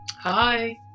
Hi